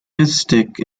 mystic